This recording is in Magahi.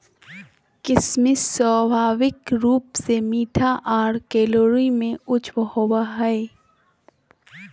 किशमिश स्वाभाविक रूप से मीठा आर कैलोरी में उच्च होवो हय